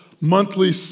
monthly